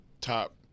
top